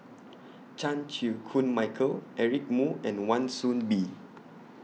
Chan Chew Koon Michael Eric Moo and Wan Soon Bee